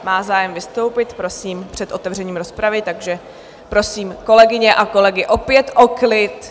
Má zájem vystoupit před otevřením rozpravy, takže prosím kolegyně a kolegy opět o klid.